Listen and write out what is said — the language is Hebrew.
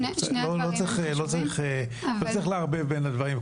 לא צריך לערבב בין הדברים.